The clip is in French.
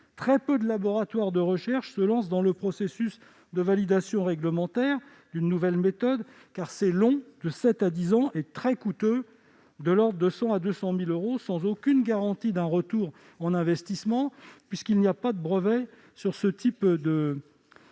Très peu de laboratoires de recherche se lancent dans le processus de validation réglementaire d'une nouvelle méthode, car c'est long- entre sept et dix ans -, très coûteux- de l'ordre de 100 000 à 200 000 euros -et sans aucune garantie d'un retour sur investissement, puisqu'il n'y a pas de brevet pour ces nouvelles